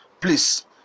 please